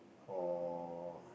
or